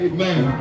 Amen